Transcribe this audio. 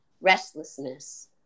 restlessness